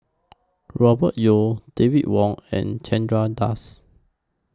Robert Yeo David Wong and Chandra Das